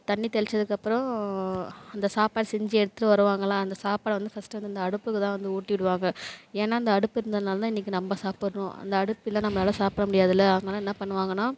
தண்ணி தெளிச்சதுக்கப்பறம் அந்த சாப்பாடு செஞ்சு எடுத்துட்டு வருவாங்களா அந்த சாப்பாடை வந்து ஃபஸ்ட்டு வந்து இந்த அடுப்புக்குதான் வந்து ஊட்டி விடுவாங்க ஏன்னா இந்த அடுப்பு இருந்ததனாலதான் இன்னைக்கு நம்ம சாப்பிட்றோம் அந்த அடுப்பு இல்லைன்னா நம்மளால் சாப்பிட முடியாதுல்ல அதனால் என்ன பண்ணுவாங்கன்னா